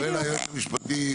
שואל היועץ המשפטי.